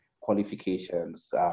qualifications